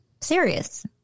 serious